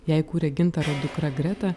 ją įkūrė gintaro dukra greta